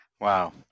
Wow